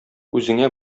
үзеңә